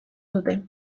dute